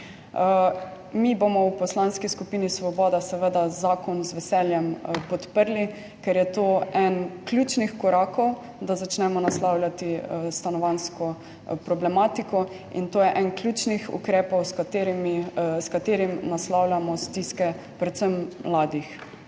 Mi bomo v Poslanski skupini Svoboda seveda zakon z veseljem podprli, ker je to eden ključnih korakov, da začnemo naslavljati stanovanjsko problematiko, in to je eden ključnih ukrepov s katerimi naslavljamo stiske predvsem mladih.